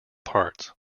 parts